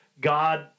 God